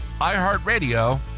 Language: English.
iHeartRadio